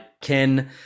ken